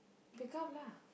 pick up lah